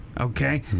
Okay